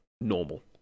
normal